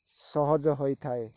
ସହଜ ହୋଇଥାଏ